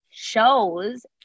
shows